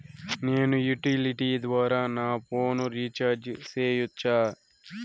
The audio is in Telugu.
నేను యుటిలిటీ ద్వారా నా ఫోను రీచార్జి సేయొచ్చా?